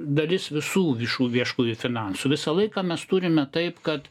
dalis visų višų viešųjų finansų visą laiką mes turime taip kad